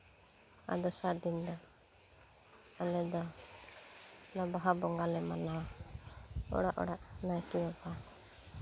ᱟᱨ ᱫᱚᱥᱟᱨ ᱫᱤᱱ ᱫᱚ ᱟᱞᱮ ᱫᱚ ᱚᱱᱟ ᱵᱟᱦᱟ ᱵᱚᱸᱜᱟᱞᱮ ᱢᱟᱱᱟᱣᱟ ᱚᱲᱟᱜ ᱚᱲᱟᱜ ᱱᱟᱭᱠᱮ ᱵᱟᱵᱟ